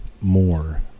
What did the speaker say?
more